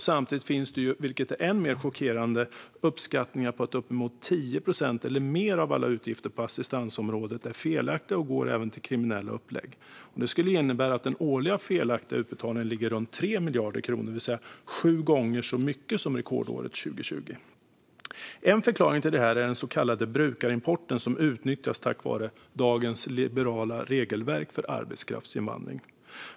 Samtidigt finns det, vilket är än mer chockerande, uppskattningar på att upp mot 10 procent eller mer av alla utgifter på assistansområdet är felaktiga och även går till kriminella upplägg. Det skulle innebära att den årliga felaktiga utbetalningen ligger på runt 3 miljarder kronor, det vill säga sju gånger så mycket som rekordåret 2020. En förklaring till det här är den så kallade brukarimporten, som är ett utnyttjande av dagens liberala regelverk för arbetskraftsinvandring.